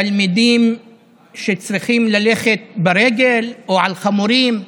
תלמידים שצריכים ללכת ברגל או על חמורים,